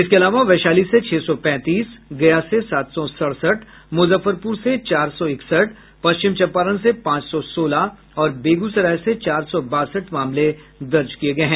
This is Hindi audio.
इसके अलावा वैशाली से छह सौ पैंतीस गया से सात सौ सड़सठ मुजफ्फरपुर से चार सौ इकसठ पश्चिम चंपारण से पांच सौ सोलह और बेगूसराय से चार सौ बासठ मामले दर्ज किए गए हैं